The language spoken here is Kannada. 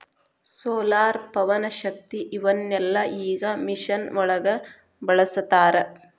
ಸೋಲಾರ, ಪವನಶಕ್ತಿ ಇವನ್ನೆಲ್ಲಾ ಈಗ ಮಿಷನ್ ಒಳಗ ಬಳಸತಾರ